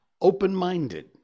open-minded